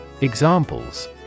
Examples